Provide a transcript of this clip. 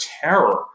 terror